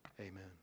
Amen